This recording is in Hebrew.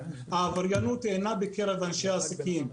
העבריינות אינה בקרב אנשי העסקים.